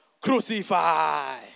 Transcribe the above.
crucify